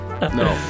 No